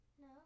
No